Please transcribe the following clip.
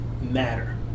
matter